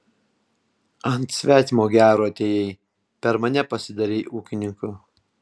ant svetimo gero atėjai per mane pasidarei ūkininku